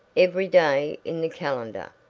every day in the calendar.